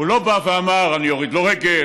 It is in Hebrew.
הוא לא בא ואמר: אני אוריד לו רגל,